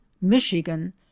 Michigan